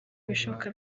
ibishoboka